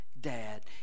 Dad